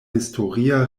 historia